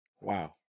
Wow